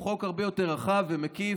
הוא חוק הרבה יותר רחב ומקיף.